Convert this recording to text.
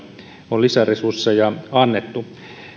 on lisäresursseja annettu